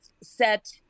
set